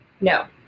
No